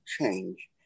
Change